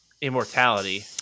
immortality